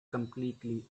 completely